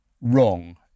wrong